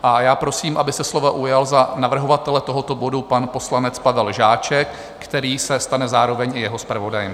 A já poprosím, aby se slova ujal za navrhovatele tohoto bodu pan poslanec Pavel Žáček, který se stane zároveň i jeho zpravodajem.